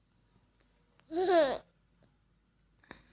गरीब किसान आर मजदूरक संपूर्ण ग्रामीण रोजगार योजनार अन्तर्गत काम दियाल जा छेक